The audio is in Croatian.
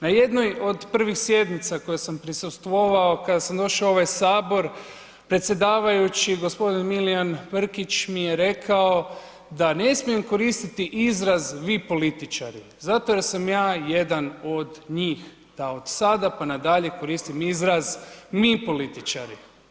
Na jednoj od prvih sjednica kojima sam prisustvovao kada sam došao u ovaj Sabor, predsjedavajući, g. Milijan Brkić mi je rekao da ne smijem koristiti izraz vi političari zato jer sam ja jedan od njih, da od sada pa na dalje koristim mi političari.